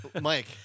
Mike